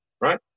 right